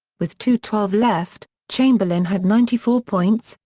with two twelve left, chamberlain had ninety four points,